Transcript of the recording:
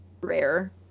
rare